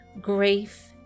grief